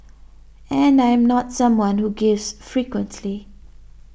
and I am not someone who gives frequently